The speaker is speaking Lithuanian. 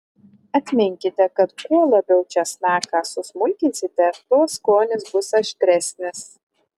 atminkite kad kuo labiau česnaką susmulkinsite tuo skonis bus aštresnis